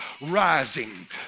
rising